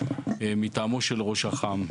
מטעמו של ראש אח״מ,